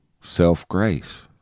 self-grace